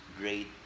great